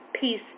Peace